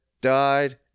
died